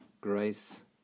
grace